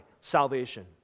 salvation